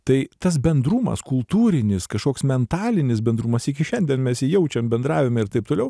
tai tas bendrumas kultūrinis kažkoks mentalinis bendrumas iki šiandien mes jį jaučiam bendravime ir taip toliau